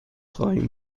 خواهیم